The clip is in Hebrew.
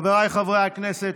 חבריי חברי הכנסת,